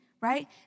right